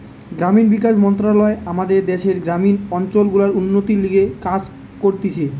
গ্রামীণ বিকাশ মন্ত্রণালয় আমাদের দ্যাশের গ্রামীণ অঞ্চল গুলার উন্নতির লিগে কাজ করতিছে